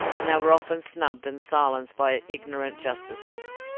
and they were often snubbed and silenced by ignorant justices.